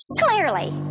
clearly